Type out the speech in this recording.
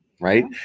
Right